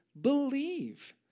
believe